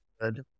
good